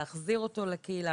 להחזיר אותו לקהילה.